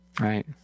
Right